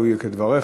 לו יהי כדבריך.